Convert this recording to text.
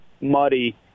muddy